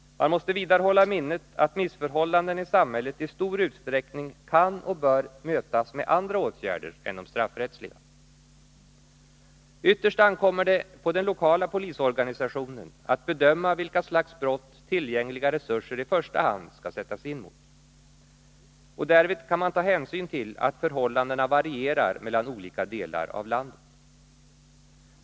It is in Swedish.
Man måste vidare hålla i minnet att missförhållanden i samhället i stor utsträckning kan och bör mötas med andra åtgärder än de straffrättsliga. Ytterst ankommer det på den lokala polisorganisationen att bedöma mot vilka slags brott tillgängliga resurser i första hand skall sättas in. Därvid kan hänsyn tas till att förhållandena varierar mellan olika delar av landet.